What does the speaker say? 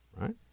right